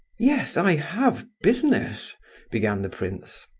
yes i have business began the prince.